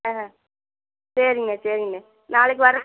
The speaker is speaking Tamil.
ஆ சரிங்கண்ணே சரிங்கண்ணே நாளைக்கு வர்றோம்